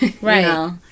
Right